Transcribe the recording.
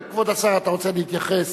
כבוד השר, אתה רוצה להתייחס?